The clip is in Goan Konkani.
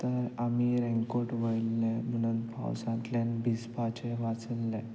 तर आमी रेनकॉट वयल्ले म्हणून पावसांतल्यान भिजपाचे वांचल्ले